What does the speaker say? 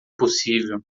possível